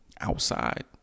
Outside